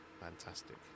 fantastic